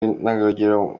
w’intangarugero